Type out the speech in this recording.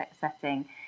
setting